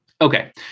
Okay